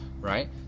right